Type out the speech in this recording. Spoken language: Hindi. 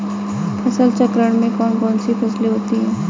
फसल चक्रण में कौन कौन सी फसलें होती हैं?